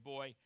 Boy